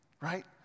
right